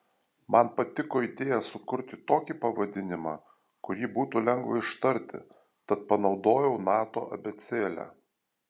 man patiko idėja sukurti tokį pavadinimą kurį būtų lengva ištarti tad panaudojau nato abėcėlę